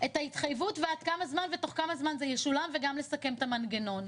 את ההתחייבות ועד כמה זמן ותוך כמה זמן זה ישולם וגם לסכם את המנגנון.